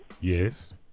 Yes